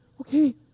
okay